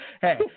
Hey